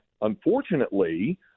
unfortunately